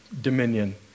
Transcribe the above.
dominion